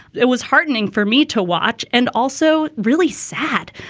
it was heartening for me to watch and also really sad.